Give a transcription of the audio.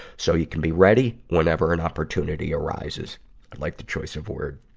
so you can be ready whenever an opportunity arises. i like the choice of word.